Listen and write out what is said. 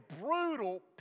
brutal